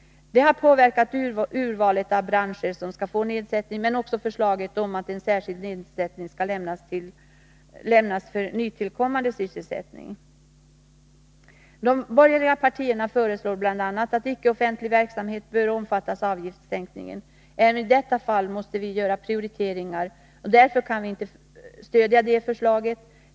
Det har påverkat urvalet av branscher som skall få nedsättning men också förslaget om att en särskild nedsättning skall lämnas för nytillkommande sysselsättning. De borgerliga partierna föreslår bl.a. att icke-offentlig verksamhet skall omfattas av avgiftssänkningen. Även i detta fall måste vi göra prioriteringar, och därför kan vi inte stödja det förslaget.